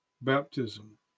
baptism